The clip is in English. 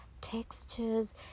textures